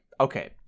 okay